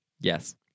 Yes